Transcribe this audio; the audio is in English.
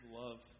love